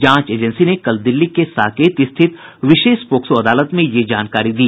जांच एजेंसी ने कल दिल्ली के साकेत स्थित विशेष पॉक्सो अदालत में यह जानकारी दी